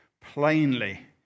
plainly